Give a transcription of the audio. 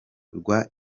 rwa